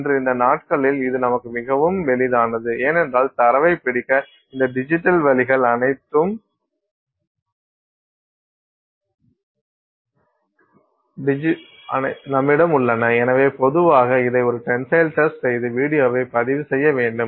இன்று இந்த நாட்களில் இது நமக்கு மிகவும் எளிதானது ஏனென்றால் தரவை பிடிக்க இந்த டிஜிட்டல் வழிகள் அனைத்தும் நம்மிடம் உள்ளன எனவே பொதுவாக இதை ஒரு டென்சைல் டெஸ்ட் செய்து வீடியோவை பதிவு செய்ய வேண்டும்